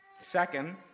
Second